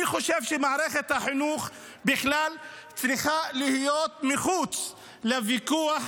אני חושב שמערכת החינוך בכלל צריכה להיות מחוץ לוויכוח,